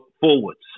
forwards